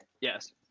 Yes